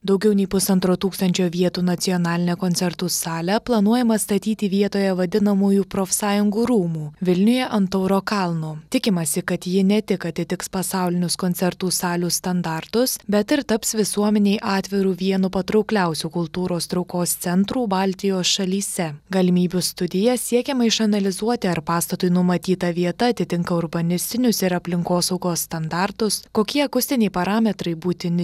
daugiau nei pusantro tūkstančio vietų nacionalinę koncertų salę planuojama statyti vietoje vadinamųjų profsąjungų rūmų vilniuje ant tauro kalno tikimasi kad ji ne tik atitiks pasaulinius koncertų salių standartus bet ir taps visuomenei atviru vienu patraukliausių kultūros traukos centrų baltijos šalyse galimybių studija siekiama išanalizuoti ar pastatui numatyta vieta atitinka urbanistinius ir aplinkosaugos standartus kokie akustiniai parametrai būtini